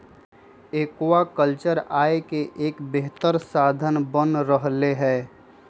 aquaculture आय के एक बेहतर साधन बन रहले है